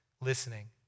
listening